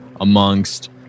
amongst